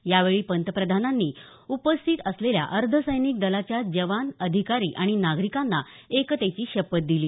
यावेळी पंतप्रधानांनी उपस्थित असलेल्या अर्ध सैनिक दलाच्या जवान अधिकारी आणि नागरिकांना एकतेची शपथ दिली